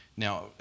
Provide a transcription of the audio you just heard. Now